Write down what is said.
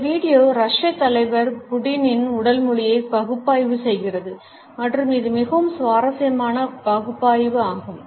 இந்த வீடியோ ரஷ்ய தலைவர் புடினின் உடல் மொழியை பகுப்பாய்வு செய்கிறது மற்றும் இது மிகவும் சுவாரஸ்யமான பகுப்பாய்வு ஆகும்